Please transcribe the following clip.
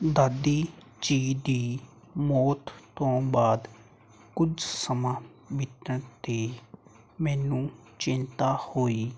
ਦਾਦੀ ਜੀ ਦੀ ਮੌਤ ਤੋਂ ਬਾਅਦ ਕੁਝ ਸਮਾਂ ਬੀਤਣ ਦੀ ਮੈਨੂੰ ਚਿੰਤਾ ਹੋਈ